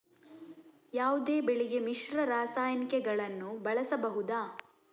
ಯಾವುದೇ ಬೆಳೆಗೆ ಮಿಶ್ರ ರಾಸಾಯನಿಕಗಳನ್ನು ಬಳಸಬಹುದಾ?